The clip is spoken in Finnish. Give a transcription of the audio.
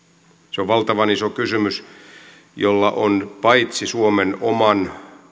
se on valtavan iso kysymys jolla on suomen oman